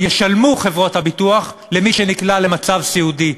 שישלמו חברות הביטוח למי שנקלע למצב סיעודי,